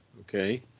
Okay